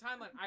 timeline